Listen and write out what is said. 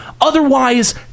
Otherwise